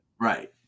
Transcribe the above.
right